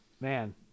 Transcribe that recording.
Man